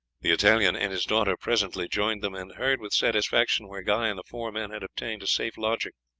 the italian and his daughter presently joined them, and heard with satisfaction where guy and the four men had obtained a safe lodging.